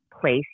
place